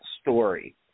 story